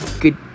good